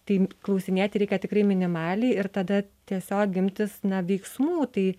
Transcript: tai klausinėti reikia tikrai minimaliai ir tada tiesiog imtis veiksmų tai